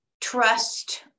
trust